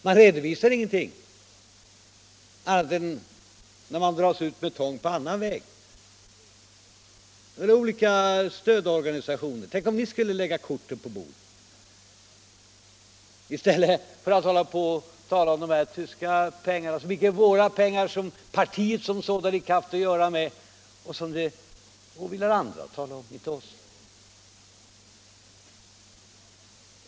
Man redovisar ingenting, annat än när det kan dras ut med tång på annan väg. Så har man olika stödorganisationer. Tänk om ni skulle lägga korten på bordet i stället för att tala om de här tyska pengarna som inte är våra pengar, som partiet som sådant icke har haft att göra med och som det åvilar. andra att tala om, inte oss.